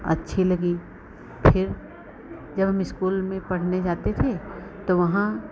अच्छी लगी फ़िर जब हम इस्कूल में पढ़ने जाते थे तो वहां